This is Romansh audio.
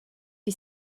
pli